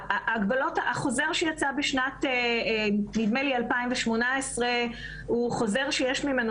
החוזר שיצא בשנת 2018 הוא חוזר שיש ממנו